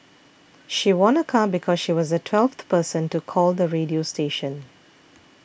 she won a car because she was the twelfth person to call the radio station